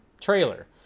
trailer